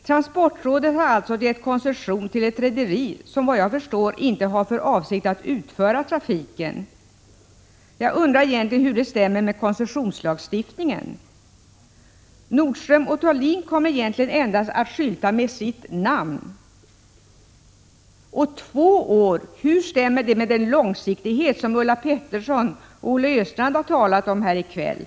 Transportrådet har alltså gett koncession till ett rederi som, enligt vad jag förstår, inte har för avsikt att utföra trafiken. Jag undrar hur det egentligen stämmer med koncessionslagstiftningen. Nordström & Thulin kommer egentligen endast att skylta med sitt namn. Och två år — hur stämmer det med den långsiktighet som Ulla Pettersson och Olle Östrand har talat om här i kväll?